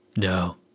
no